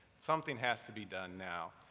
something has to be done now.